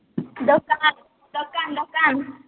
ଦୋକାନ ଦୋକାନ ଦୋକାନ